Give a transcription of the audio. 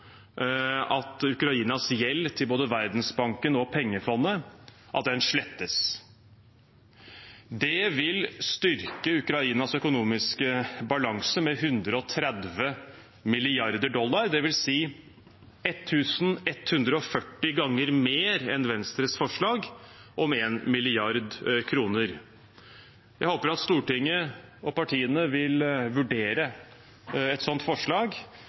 at Ukrainas gjeld til både Verdensbanken og Det internasjonale pengefondet slettes. Det vil styrke Ukrainas økonomiske balanse med 130 mrd. dollar, dvs. 1 140 ganger mer enn Venstres forslag om 1 mrd. kr. Jeg håper at Stortinget og partiene vil vurdere et slikt forslag.